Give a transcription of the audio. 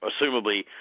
assumably